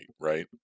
right